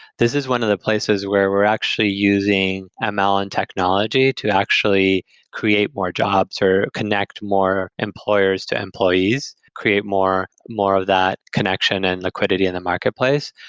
this is one of the places where we're actually using ah ml and technology to actually create more jobs or connect more employers to employees. create more more of that connection and liquidity in the marketplace.